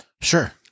Sure